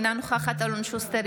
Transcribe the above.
אינה נוכחת אלון שוסטר,